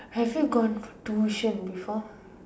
have you gone for tuition before